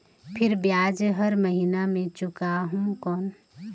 फिर ब्याज हर महीना मे चुकाहू कौन?